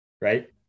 right